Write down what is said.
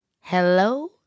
hello